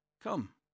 Come